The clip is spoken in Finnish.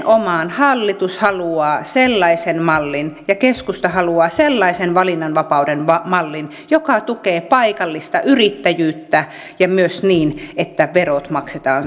nimenomaan hallitus haluaa sellaisen mallin ja keskusta haluaa sellaisen valinnanvapauden mallin joka tulee paikallista yrittäjyyttä ja myös niin että verot maksetaan suomeen